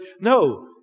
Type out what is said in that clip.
No